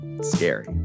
scary